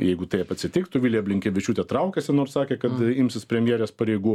jeigu taip atsitiktų vilija blinkevičiūtė traukiasi nors sakė kad imsis premjerės pareigų